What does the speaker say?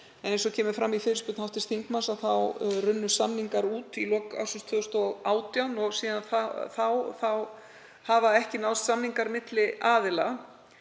Eins og kemur fram í fyrirspurn hv. þingmanns runnu samningar út í lok ársins 2018. Síðan þá hafa ekki náðst samningar milli aðila